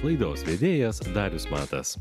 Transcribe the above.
laidos vedėjas darius matas